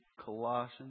Colossians